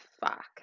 fuck